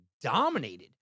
dominated